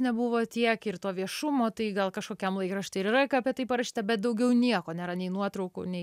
nebuvo tiek ir to viešumo tai gal kažkokiam laikrašty ir yra ką apie tai parašyta bet daugiau nieko nėra nei nuotraukų nei